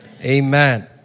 Amen